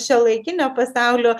šiuolaikinio pasaulio